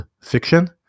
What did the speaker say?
fiction